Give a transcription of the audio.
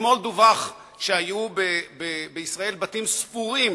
אתמול דווח שהיו בישראל בתים ספורים